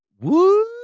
woo